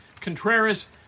Contreras